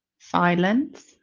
silence